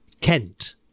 Kent